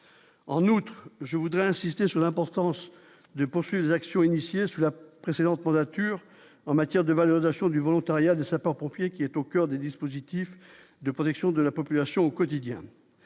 en outre, je voudrais insister sur l'importance de poursuivre l'action initiée sous la précédente mandature, en matière de valorisation du volontariat des sapeurs-pompiers qui est au coeur du dispositif de protection de la population au quotidien